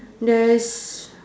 there is